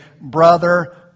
brother